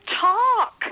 talk